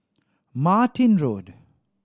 Martin Road